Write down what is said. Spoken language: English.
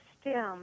stem